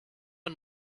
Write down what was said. und